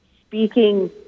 speaking